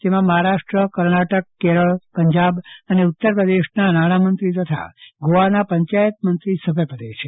તેમાં મહારાષ્ટ્ર કણાટક કેરળ પંજાબ અને ઉત્તર પ્રદેશના નાણામંત્રી તથા ગોવાના પંચાયતી મંત્રી સભ્યપદે છે